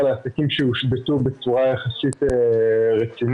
על עסקים שהושבתו בצורה יחסית רצינית.